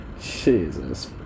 Jesus